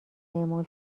اعمال